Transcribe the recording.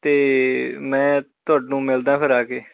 ਅਤੇ ਮੈਂ ਤੁਹਾਨੂੰ ਮਿਲਦਾ ਫਿਰ ਆ ਕੇ